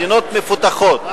מדינות מפותחות,